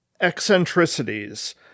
eccentricities